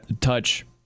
touch –